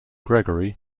gregory